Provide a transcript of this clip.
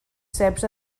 ceps